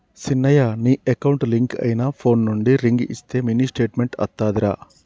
సిన్నయ నీ account link అయిన ఫోన్ నుండి రింగ్ ఇస్తే మినీ స్టేట్మెంట్ అత్తాదిరా